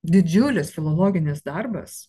didžiulis filologinis darbas